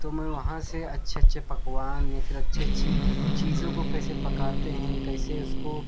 تو میں وہاں سے اچھے اچھے پکوان یا پھر اچھی اچھی چیزوں کو کیسے پکاتے ہیں کیسے اس کو